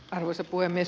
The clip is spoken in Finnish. arvoisa puhemies